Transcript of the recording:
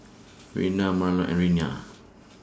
Rona Marlon and Reyna